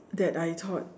that I thought